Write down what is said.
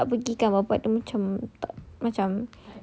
anak dia tak pergi bapa dia macam